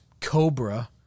Cobra